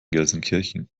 gelsenkirchen